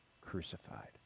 crucified